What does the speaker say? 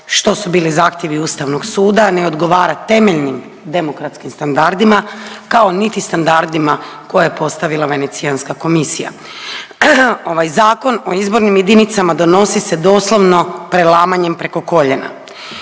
što su bili zahtjevi Ustavnog suda, ne odgovara temeljnim demokratskim standardima, kao niti standardima koje je postavila Venecijanska komisija. Ovaj Zakon o izbornim jedinicama donosi se doslovno prelamanjem preko koljena